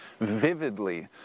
vividly